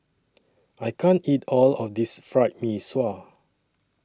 I can't eat All of This Fried Mee Sua